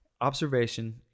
observation